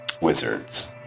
wizards